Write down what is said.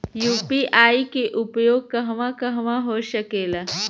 UPI के उपयोग कहवा कहवा हो सकेला?